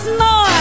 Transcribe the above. more